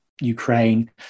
Ukraine